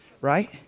right